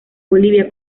bolivia